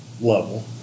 level